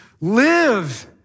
live